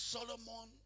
Solomon